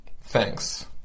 Thanks